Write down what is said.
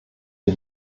die